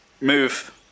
move